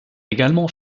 également